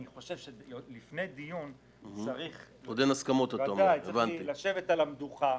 אני חושב שלפני דיון צריך יהיה לשבת על המדוכה.